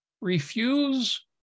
Refuse